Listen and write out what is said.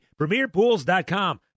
PremierPools.com